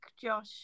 Josh